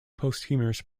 posthumous